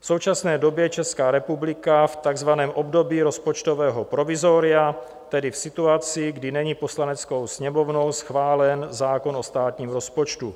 V současné době je Česká republika v takzvaném období rozpočtového provizoria, tedy v situaci, kdy není Poslaneckou sněmovnou schválen zákon o státním rozpočtu.